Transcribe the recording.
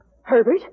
Herbert